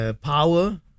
power